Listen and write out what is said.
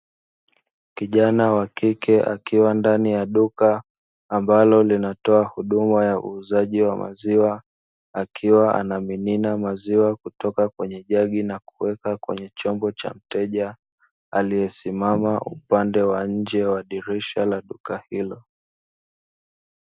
Kijana wa kike akiwa ndani ya duka ambalo linatoa huduma ya uuzaji wa maziwa, akiwa anamimina maziwa kutoka kwenye jagi na kuweka kwenye chombo cha mteja aliyesimama upande wa nje wa dirisha la duka hilo.